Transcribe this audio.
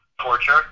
torture